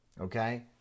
Okay